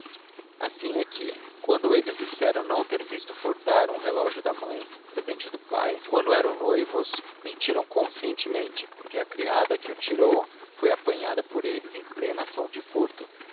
assim é que quando eles disseram não ter visto furtar um relógio da mãe presente do pai quando eram noivos mentiram conscientemente porque a criada que o tirou foi apanhada por eles em plena ação de furto